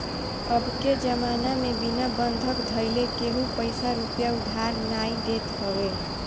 अबके जमाना में बिना बंधक धइले केहू पईसा रूपया उधार नाइ देत हवे